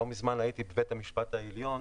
לא מזמן הייתי בבית המשפט העליון.